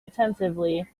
attentively